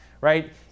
right